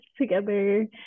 together